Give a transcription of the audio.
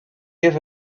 have